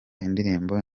indirimbo